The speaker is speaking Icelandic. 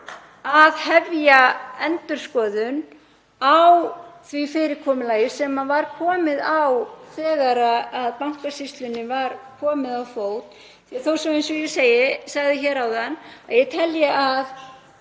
að hefja endurskoðun á því fyrirkomulagi sem var komið á þegar Bankasýslunni var komið á fót, þó svo, eins og ég sagði áðan, að ég telji að